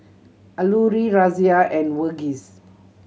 Alluri Razia and Verghese